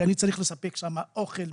כי אני צריך לספק שם אוכל,